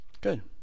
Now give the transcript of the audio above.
Good